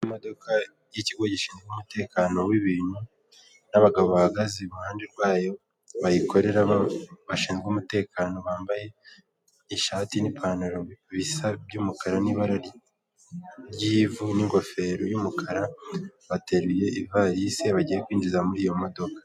Handitseho irembo ahatangirwa ubufasha ku birebana no kwiyandikisha cyangwa se mu kwishyura imisoro, kwifotoza n'ibindi bijye bitandukanye.